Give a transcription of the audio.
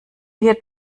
hier